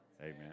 Amen